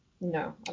No